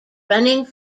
running